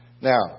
Now